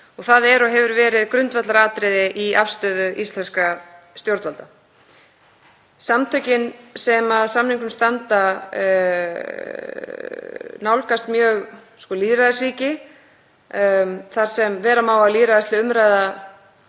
og það er og hefur verið grundvallaratriði í afstöðu íslenskra stjórnvalda. Samtökin sem standa að samningnum nálgast mjög lýðræðisríki þar sem vera má að lýðræðisleg umræða